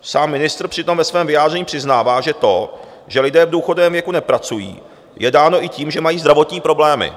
Sám ministr přitom ve svém vyjádření přiznává, že to, že lidé v důchodovém věku nepracují, je dáno i tím, že mají zdravotní problémy.